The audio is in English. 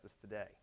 today